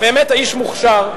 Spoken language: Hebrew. באמת האיש מוכשר,